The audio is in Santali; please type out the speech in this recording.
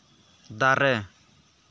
ᱫᱟᱨᱮ